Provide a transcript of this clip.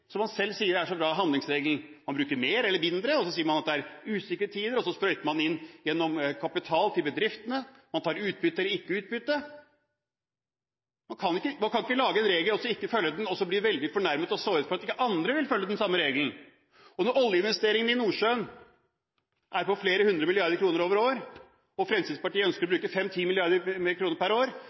som han selv sier er så bra – han bruker mer eller mindre, så sier man at det er usikre tider, og så sprøyter man inn gjennom kapital til bedriftene og tar ut utbytte eller ikke utbytte. Man kan ikke lage en regel og så ikke følge den, og så bli veldig fornærmet og såret for at ikke andre vil følge den samme regelen. Når oljeinvesteringene i Nordsjøen er på flere hundre milliarder kroner over år, og Fremskrittspartiet ønsker å bruke 5–10 mrd. kr mer per år,